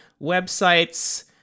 websites